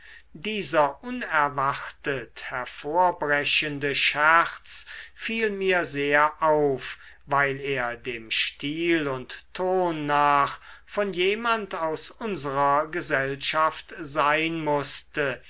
dieser unerwartet hervorbrechende scherz fiel mir sehr auf weil er dem stil und ton nach von jemand aus unserer gesellschaft sein mußte